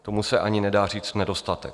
Tomu se ani nedá říct nedostatek.